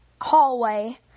hallway